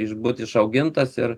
išbūt išaugintas ir